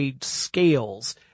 scales